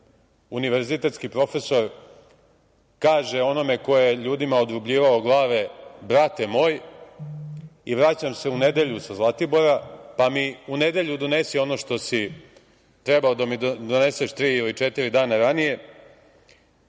univerzitetski profesor kaže onome ko je ljudima odrubljivao glave - brate moj i vraćam se u nedelju sa Zlatibora, pa mi u nedelju donesi ono što si trebao da mi doneseš tri ili četiri dana ranije.